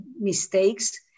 mistakes